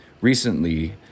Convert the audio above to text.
Recently